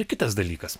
ir kitas dalykas